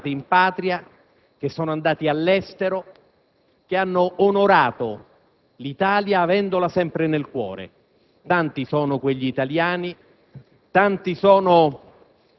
che sono rientrati in Patria, che sono andati all'estero, che hanno onorato l'Italia avendola sempre nel cuore; tanti sono quegli italiani,